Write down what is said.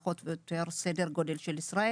פחות או יותר בסדר גודל של ישראל,